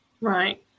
Right